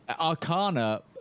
Arcana